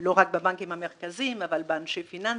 לא רק בבנקים המרכזיים אלא באנשי הפיננסים,